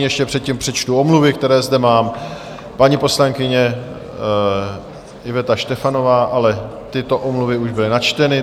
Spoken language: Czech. Ještě předtím přečtu omluvy, které zde mám: paní poslankyně Iveta Štefanová..., ale tyto omluvy už byly načteny.